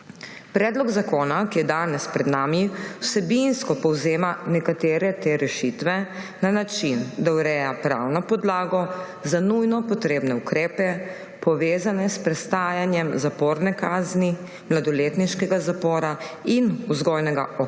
Predlog zakona, ki je danes pred nami, vsebinsko povzema nekatere te rešitve na način, da ureja pravno podlago za nujno potrebne ukrepe, povezane s prestajanjem zaporne kazni, mladoletniškega zapora in vzgojnega ukrepa